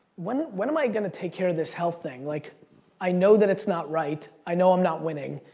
when when am i gonna take care of this health thing? like i know that it's not right, i know i'm not winning,